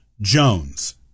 Jones